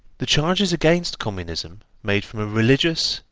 the charges against communism made from a religious,